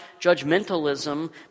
judgmentalism